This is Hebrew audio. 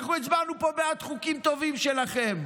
אנחנו הצבענו פה בעד חוקים טובים שלכם,